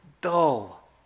dull